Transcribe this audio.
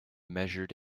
measured